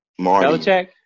Belichick